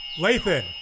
Lathan